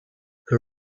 the